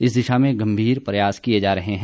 इस दिशा में गंभीर प्रयास किए जा रहे हैं